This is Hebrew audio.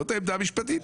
זאת העמדה המשפטית.